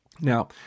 Now